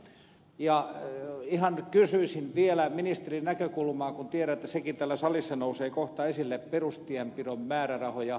ja ihan kysyisin vielä ministerin näkökulmaa kun tiedän että sekin täällä salissa nousee kohta esille perustienpidon määrärahoihin